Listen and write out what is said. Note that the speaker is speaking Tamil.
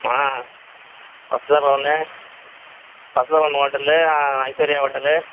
ah Vasanthabhavan Vasanthabhavan hotel Aishwarya hotel